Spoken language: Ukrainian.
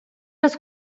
раз